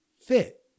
fit